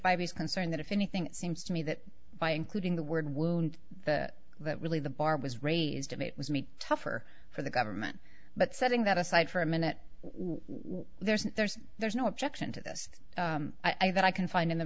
by his concern that if anything seems to me that by including the word wound that really the bar was raised it was me tougher for the government but setting that aside for a minute why there's there's there's no objection to this i that i can find in the